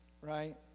Right